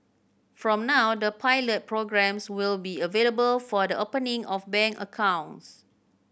from now the pilot programmes will be available for the opening of bank accounts